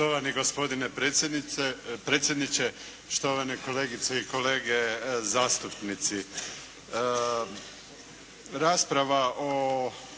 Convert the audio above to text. Štovani gospodine predsjedniče, štovane kolegice i kolege zastupnici!